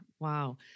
Wow